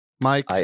Mike